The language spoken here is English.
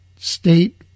state